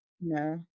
No